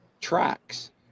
tracks